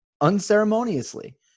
unceremoniously